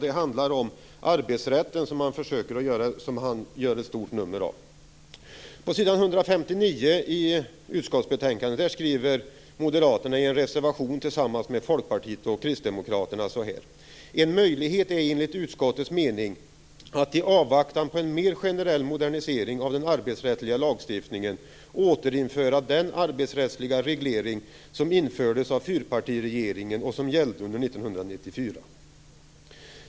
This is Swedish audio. Den handlar om arbetsrätten som han gör ett stort nummer av. På s. 159 i utskottsbetänkandet skriver Moderaterna i en reservation tillsammans med Folkpartiet och Kristdemokraterna: "En möjlighet är enligt utskottets mening att i avvaktan på en mer generell modernisering av den arbetsrättsliga lagstiftningen återinföra den arbetsrättsliga reglering som infördes av fyrpartiregeringen och som gällde under år 1994."